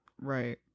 right